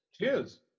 Cheers